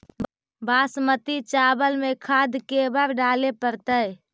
बासमती चावल में खाद के बार डाले पड़तै?